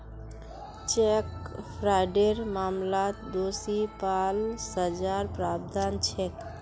cheque फ्रॉडेर मामलात दोषी पा ल सजार प्रावधान छेक